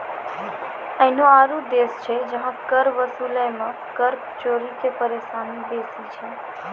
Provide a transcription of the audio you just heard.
एहनो आरु देश छै जहां कर वसूलै मे कर चोरी के परेशानी बेसी छै